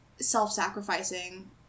self-sacrificing